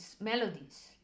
melodies